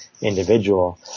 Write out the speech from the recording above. individual